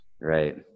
right